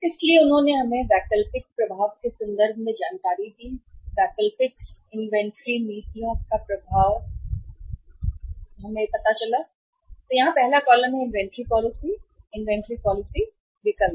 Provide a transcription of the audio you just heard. इसलिए उन्होंने हमें वैकल्पिक के प्रभाव प्रभाव के संदर्भ में जानकारी दी है वैकल्पिक इन्वेंट्री नीतियां वैकल्पिक इन्वेंट्री नीतियों का प्रभाव और यहां पहला कॉलम है इन्वेंट्री पॉलिसी इन्वेंट्री पॉलिसी विकल्प